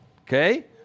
Okay